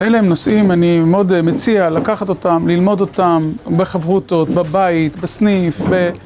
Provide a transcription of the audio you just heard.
אלה הם נושאים, אני מאוד מציע לקחת אותם, ללמוד אותם, בחברותות, בבית, בסניף, ב...